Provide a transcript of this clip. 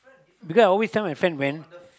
because I always tell my friend when